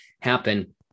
happen